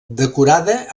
decorada